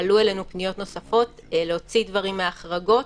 היו אלינו פניות נוספות להוציא דברים מההחרגות,